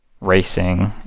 Racing